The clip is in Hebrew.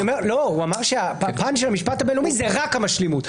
הוא אמר שבפן של המשפט הבין-לאומי זה רק המשלימות.